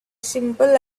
simple